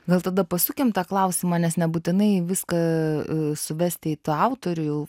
gal tada pasukim tą klausimą nes nebūtinai viską suvesti į tą autorių jau